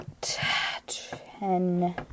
ten